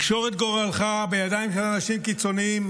לקשור את גורלך בידיים של אנשים קיצוניים